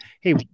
hey